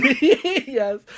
yes